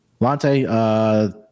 Lante